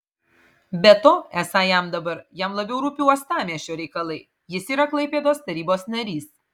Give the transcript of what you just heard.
be to esą jam dabar jam labiau rūpi uostamiesčio reikalai jis yra klaipėdos tarybos narys